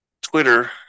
twitter